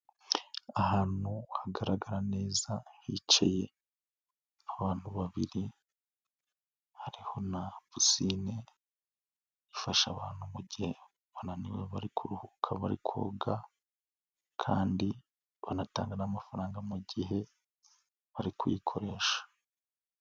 Ahantu hagaragara neza hicaye abantu babiri, hariho na pisine ifasha abantu mu gihe bananiwe bari kuruhuka, bari koga kandi banatanga n'amafaranga mu gihe bari kuyikoresha.